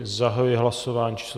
Zahajuji hlasování číslo 193.